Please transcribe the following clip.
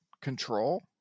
control